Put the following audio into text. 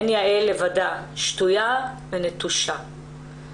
שתויה ונטושה.